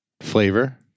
Flavor